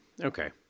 okay